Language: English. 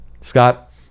scott